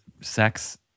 Sex